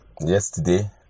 Yesterday